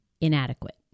inadequate